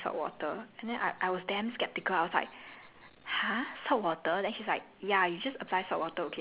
and she told me like you know what for oily skin right you really only need saltwater and then I I was damn skeptical I was like